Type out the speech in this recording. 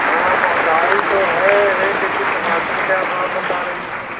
हाँ महंगाई तो है लेकिन टमाटर क्या भाव बता रही हैं